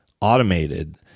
Automated